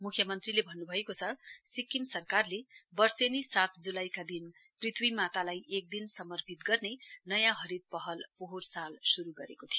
म्ख्यमन्त्रीले भन्न् भएको छ सिक्किम सरकारले वर्षेनी सात जुलाईका दिन पृत्वी मातालाई एक दिन समर्पित गर्ने नयाँ रहित पहल पोहोर साल शुरू गरेको थियो